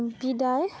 बिदाय